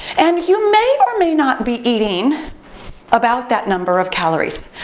and you may or may not be eating about that number of calories.